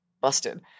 busted